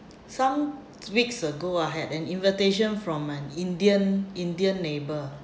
some weeks ago ah I had an invitation from an indian indian neighbour